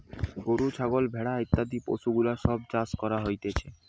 গরু, ছাগল, ভেড়া ইত্যাদি পশুগুলার সব চাষ করা হতিছে